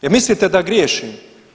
Jel mislite da griješim?